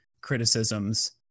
criticisms